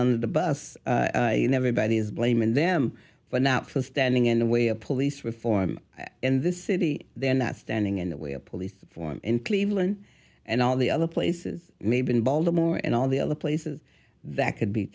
on the bus and everybody is blaming them for not for standing in the way of police reform in this city they're not standing in the way of police form in cleveland and all the other places maybe in baltimore and all the other places that could be